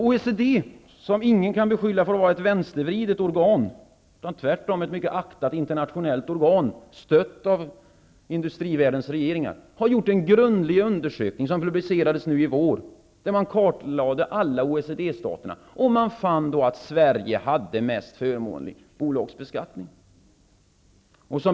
OECD -- som ingen kan beskylla för att vara ett vänstervridet organ utan är tvärtom ett mycket aktat internationellt organ, stött av industrivärldens regeringar -- har gjort en grundlig undersökning som publicerades i våras. Alla OECD-staterna har kartlagts. Man fann då att Sverige hade den mest förmånliga bolagsbeskattningen.